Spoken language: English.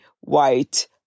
white